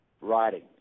writing